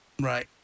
Right